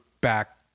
back